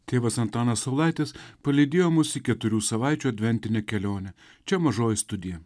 tėvas antanas saulaitis palydėjo mus į keturių savaičių adventinę kelionę čia mažoji studija